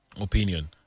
opinion